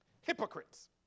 Hypocrites